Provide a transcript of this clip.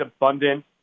abundant